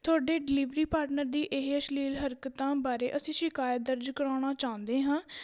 ਤੁਹਾਡੇ delivery partner ਦੀ ਇਹ ਅਸ਼ਲੀਲ ਹਰਕਤਾਂ ਬਾਰੇ ਅਸੀਂ ਸ਼ਿਕਾਇਤ ਦਰਜ ਕਰਾਉਣਾ ਚਾਹੁੰਦੇ ਹਾਂ